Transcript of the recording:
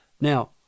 Now